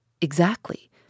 Exactly